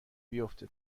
بیفته